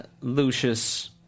Lucius